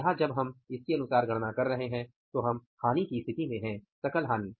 यहां जब हम इसके अनुसार गणना कर रहे हैं तो हम हानि की स्थिति में हैं सकल हानि